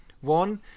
One